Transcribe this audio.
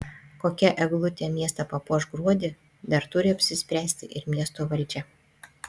kokia eglutė miestą papuoš gruodį dar turi apsispręsti ir miesto valdžia